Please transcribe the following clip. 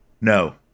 No